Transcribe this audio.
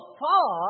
far